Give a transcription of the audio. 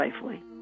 safely